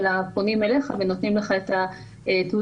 אלא פונים אליך ונותנים לך את התעודה,